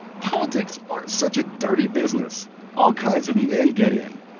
politics are such a dirty business all kinds of men get in.